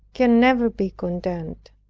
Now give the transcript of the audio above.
can never be content.